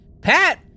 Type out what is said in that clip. Pat